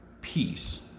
peace